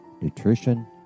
nutrition